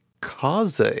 Kaze